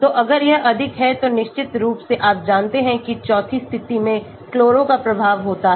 तो अगर यह अधिक है तो निश्चित रूप से आप जानते हैं कि चौथी स्थिति में chloro का प्रभाव होता है